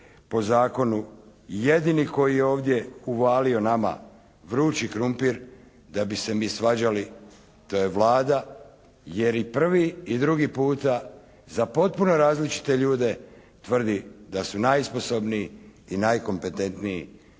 po zakonu. Jedini koji je ovdje uvalio nama vrući krumpir da bi se mi svađali to je Vlada, jer i prvi i drugi puta za potpuno različite ljude tvrdi da su najsposobniji i najkompetentiniji